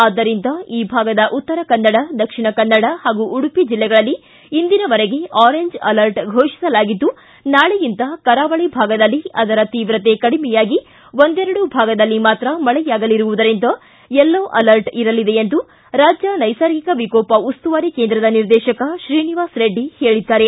ಆದ್ದರಿಂದ ಈ ಭಾಗದ ಉತ್ತರ ಕನ್ನಡ ದಕ್ಷಿಣ ಕನ್ನಡ ಹಾಗೂ ಉಡುಪಿ ಜಿಲ್ಲೆಗಳಲ್ಲಿ ಇಂದಿನವರೆಗೆ ಆರೆಂಜ್ ಅಲರ್ಟ್ ಫೋಷಿಸಲಾಗಿದ್ದು ನಾಳೆಯಿಂದ ಕರಾವಳಿ ಭಾಗದಲ್ಲಿ ಅದರ ತೀವ್ರತೆ ಕಡಿಮೆಯಾಗಿ ಒಂದೆರೆಡು ಭಾಗದಲ್ಲಿ ಮಾತ್ರ ಮಳೆಯಾಗಲಿರುವುದರಿಂದ ಯೆಲ್ಲೋ ಅಲರ್ಟ್ ಇರಲಿದೆ ಎಂದು ರಾಜ್ಯ ನೈಸರ್ಗಿಕ ವಿಕೋಪ ಉಸ್ತುವಾರಿ ಕೇಂದ್ರದ ನಿರ್ದೇಶಕ ಶ್ರೀನಿವಾಸ ರೆಡ್ಡಿ ಹೇಳಿದ್ದಾರೆ